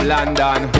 London